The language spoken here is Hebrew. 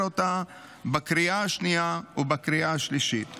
אותה בקריאה השנייה ובקריאה השלישית.